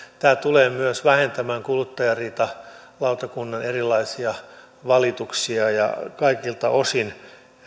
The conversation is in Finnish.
tämä tulee myös vähentämään kuluttajariitalautakunnan erilaisia valituksia ja on kaikilta osin